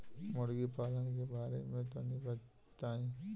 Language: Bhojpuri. मुर्गी पालन के बारे में तनी बताई?